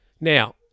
Now